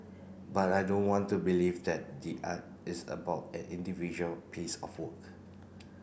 but I don't want to believe that the art is about an individual piece of work